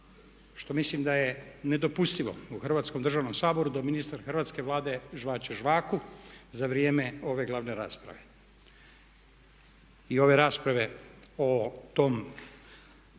što mislim da je nedopustivo u Hrvatskom državnom saboru da ministar Hrvatske vlade žvače zvaku za vrijeme ove glavne rasprave. I ove rasprave o tom nedorađenom